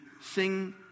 sing